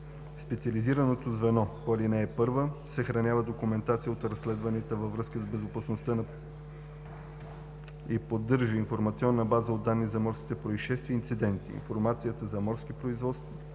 Специализираното звено по ал. 1 съхранява документацията от разследванията във връзка с безопасността и поддържа информационна база от данни за морските произшествия и инциденти. Информация за морските произшествия